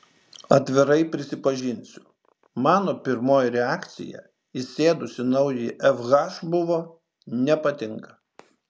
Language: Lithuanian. atvirai prisipažinsiu mano pirmoji reakcija įsėdus į naująjį fh buvo nepatinka